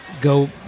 go